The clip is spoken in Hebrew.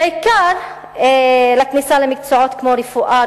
בעיקר לכניסה למקצועות כמו רפואה,